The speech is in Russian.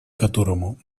которому